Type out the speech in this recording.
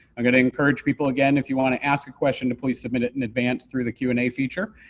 i'm going to encourage people again, if you want to ask a question to please submit it in advance through the q and a feature,